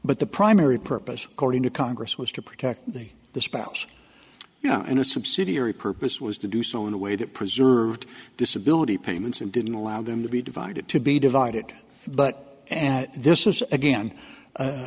but the primary purpose according to congress was to protect the spouse you know in a subsidiary purpose was to do so in a way that preserved disability payments and didn't allow them to be divided to be divided but and this is again a